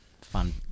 fun